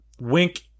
Wink